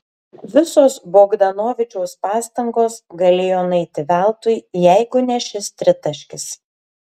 visos bogdanovičiaus pastangos galėjo nueiti veltui jeigu ne šis tritaškis